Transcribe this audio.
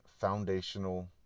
foundational